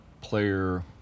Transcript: player